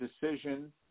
decision